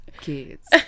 kids